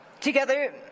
Together